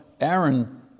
Aaron